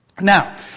Now